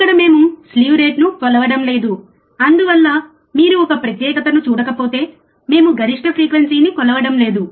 ఇక్కడ మేము స్లీవ్ రేటును కొలవడం లేదు అందువల్ల మీరు ఒక ప్రత్యేకతను చూడకపోతే మేము గరిష్ట ఫ్రీక్వెన్సీని కొలవడం లేదు